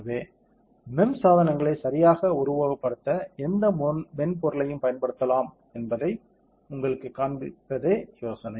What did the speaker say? எனவே MEMS சாதனங்களை சரியாக உருவகப்படுத்த எந்த மென்பொருளையும் பயன்படுத்தலாம் என்பதை உங்களுக்குக் காண்பிப்பதே யோசனை